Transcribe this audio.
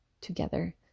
together